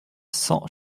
cent